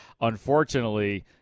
unfortunately